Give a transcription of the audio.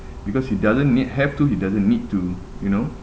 because he doesn't need have to he doesn't need to you know